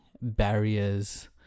barriers